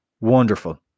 wonderful